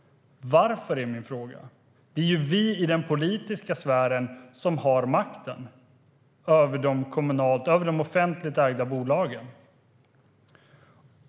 Varför? Det är ju vi i den politiska sfären som har makten över de offentligt ägda bolagen.